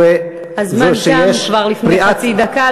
הזמן תם כבר לפני חצי דקה,